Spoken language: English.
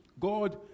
God